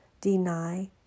deny